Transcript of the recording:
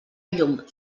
llum